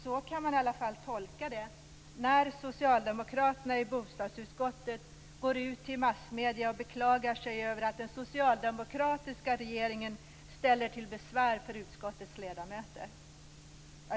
Så kan man i alla fall tolka det när socialdemokraterna i bostadsutskottet går ut till massmedierna och beklagar sig över att den socialdemokratiska regeringen ställer till besvär för utskottets ledamöter.